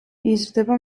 იზრდება